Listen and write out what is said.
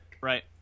right